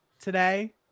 today